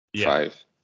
five